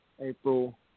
April